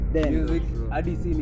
Music